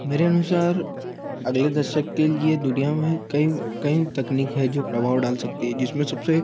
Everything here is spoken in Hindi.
मेरे अनुसार अगले दशक के लिए दुनिया में कई कई तकनीक है जो प्रभाव डाल सकती है जिसमें से सबसे